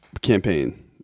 campaign